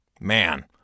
Man